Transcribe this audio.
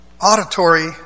auditory